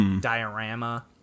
Diorama